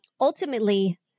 ultimately